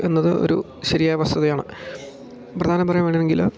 എന്നത് ഒരു ശരിയായ വസ്തതയാണ് പ്രധാനം പറയുകയാണെങ്കിൽ